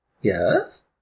Yes